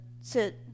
sit